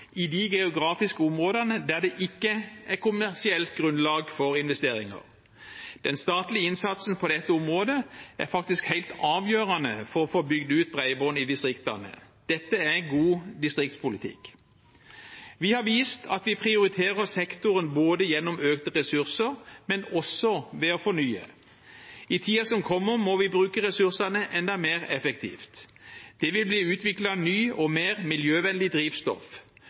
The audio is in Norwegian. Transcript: i de geografiske områdene der det ikke er kommersielt grunnlag for investeringer. Den statlige innsatsen på dette området er faktisk helt avgjørende for å få bygd ut bredbånd i distriktene. Dette er god distriktspolitikk. Vi har vist at vi prioriterer sektoren gjennom økte ressurser så vel som ved å fornye. I tiden som kommer, må vi bruke ressursene enda mer effektivt. Det vil bli utviklet nytt og mer miljøvennlig drivstoff.